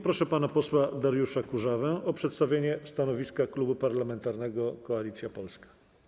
Proszę pana posła Dariusza Kurzawę o przedstawienie stanowiska Klubu Parlamentarnego Koalicja Polska.